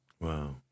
Wow